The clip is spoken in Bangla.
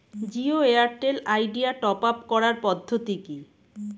Jio Airtel Idea top up করার পদ্ধতি কি?